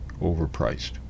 overpriced